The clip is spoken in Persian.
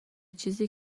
چیزی